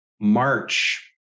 March